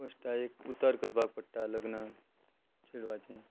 फश्टां एक उतार करपाक पडटा लग्न चेडवाचें